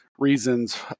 Reasons